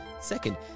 Second